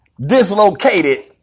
dislocated